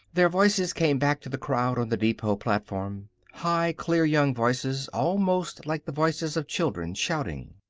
their voices came back to the crowd on the depot platform high, clear young voices almost like the voices of children, shouting.